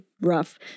rough